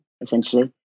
essentially